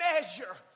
measure